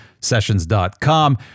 sessions.com